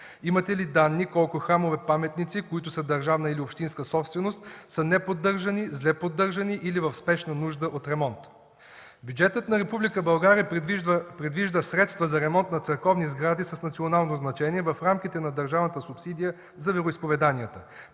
Имате ли данни колко храмове-паметници, които са държавна или общинска собственост, са неподдържани, зле поддържани или в спешна нужда от ремонт? Бюджетът на Република България предвижда средства за „Ремонт на църковни сгради с национално значение” в рамките на държавната субсидия за вероизповеданията.